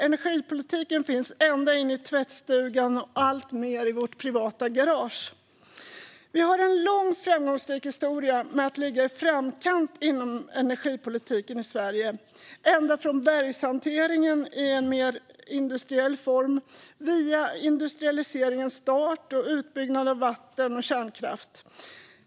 Energipolitiken finns ända in i tvättstugan och alltmer i våra privata garage. Vi har en lång framgångsrik historia med att ligga i framkant inom energiproduktionen i Sverige, ända från bergshanteringen i en mer industriell form via industrialiseringens start och utbyggnaden av vatten och kärnkraft.